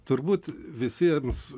turbūt visiems